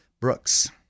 Brooks